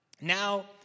now